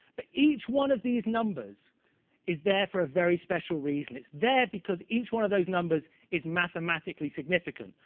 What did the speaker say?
but each one of these numbers is there for a very special reason. it's there because each one of those numbers is mathematically significant.